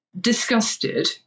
disgusted